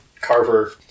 Carver